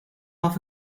off